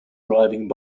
arriving